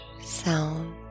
sound